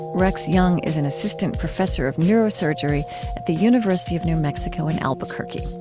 rex jung is an assistant professor of neurosurgery at the university of new mexico in albuquerque.